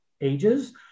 ages